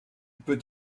peut